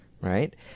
right